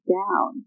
down